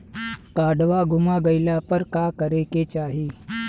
काडवा गुमा गइला पर का करेके चाहीं?